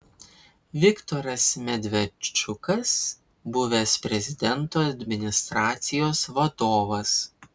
viktoras medvedčukas buvęs prezidento administracijos vadovas